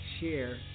share